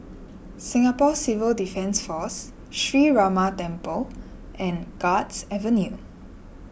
Singapore Civil Defence force Sree Ramar Temple and Guards Avenue